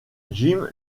jim